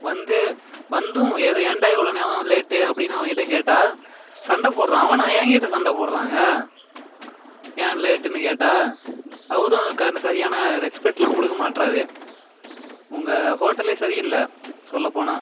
வந்து வந்தும் எது ஏன்டா இவ்வளோ நேரம் லேட்டு அப்படின்னு அவன் கிட்ட கேட்டால் சண்டை போடுறான் அவனா ஏங்கிட்ட சண்டை போடுறாங்க ஏன் லேட்டுன்னு கேட்டால் அவரும் க அந்த சரியான ரெக்ஸ்பெக்ட்லாம் கொடுக்க மாட்றாரு உங்கள் ஹோட்டலே சரியில்லை சொல்லப்போனால்